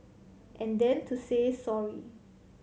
and then to say sorry